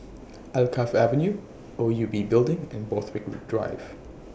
Alkaff Avenue O U B Building and Borthwick Drive